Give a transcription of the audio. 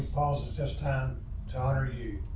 pause the just time to honor you.